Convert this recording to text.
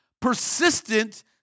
persistent